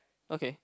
okay